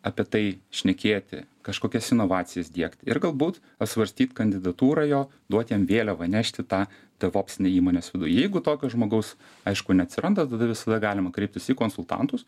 apie tai šnekėti kažkokias inovacijas diegti ir galbūt apsvarstyti kandidatūrą jo duoti jam vėliavą nešti tą devopsinę įmonės viduj jeigu tokio žmogaus aišku neatsirandatada visada galima kreiptis į konsultantus